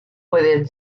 pueden